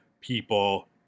people